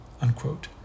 unquote